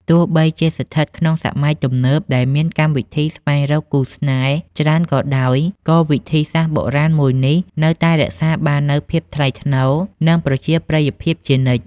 ទោះបីជាស្ថិតក្នុងសម័យទំនើបដែលមានកម្មវិធីស្វែងរកគូស្នេហ៍ច្រើនក៏ដោយ ក៏វិធីសាស្រ្តបុរាណមួយនេះនៅតែរក្សាបាននូវភាពថ្លៃថ្នូរ និងប្រជាប្រិយភាពជានិច្ច។